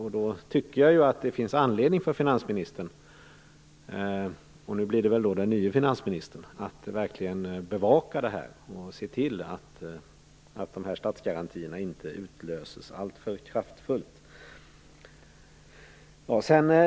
Därför tycker jag att det finns anledning för finansministern - nu blir det väl då den nye finansministern - att verkligen bevaka detta och se till att statsgarantierna inte utlöses alltför kraftfullt.